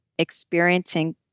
experiencing